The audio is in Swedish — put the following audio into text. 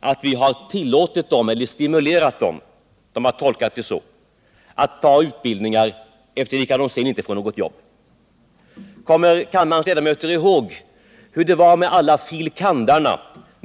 att vi har tillåtit dem, eller stimulerat dem — de har tolkat det Onsdagen den så — att gå igenom utbildningar efter vilka de sedan inte fått något jobb. 20 december 1978 Kommer kammarens ledamöter ihåg hur det var med alla som tog en fil. kand.